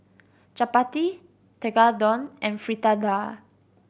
Chapati Tekkadon and Fritada